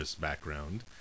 background